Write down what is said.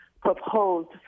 proposed